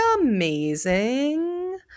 amazing